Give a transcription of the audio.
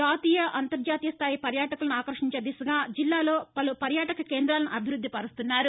జాతీయ అంతర్జాతీయ స్టాయి పర్యాటకులను ఆకర్షించే దిశగా జిల్లాలో పలు పర్యాటక కేందాలను అభివృద్ది పరుస్తున్నారు